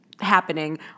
happening